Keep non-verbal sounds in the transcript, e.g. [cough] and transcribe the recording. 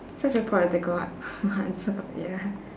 such a political a~ [laughs] answer ya